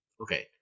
Okay